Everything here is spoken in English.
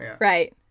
Right